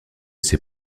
ses